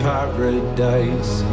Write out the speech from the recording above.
Paradise